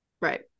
Right